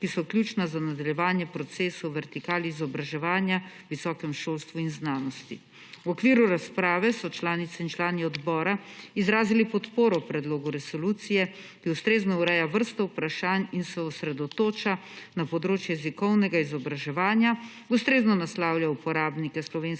ki so ključna za nadaljevanje procesov v vertikali izobraževanja v visokem šolstvu in znanosti. V okviru razprave so članice in člani odbora izrazili podporo predlogu resolucije, ki ustrezno ureja vrsto vprašanj in se osredotoča na področje jezikovnega izobraževanja, ustrezno naslavlja uporabnike slovenskega